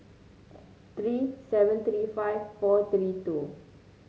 three seven three five four three two